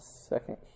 second